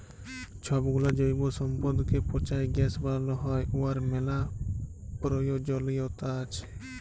ছবগুলা জৈব সম্পদকে পঁচায় গ্যাস বালাল হ্যয় উয়ার ম্যালা পরয়োজলিয়তা আছে